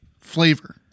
flavor